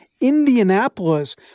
Indianapolis